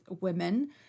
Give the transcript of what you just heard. women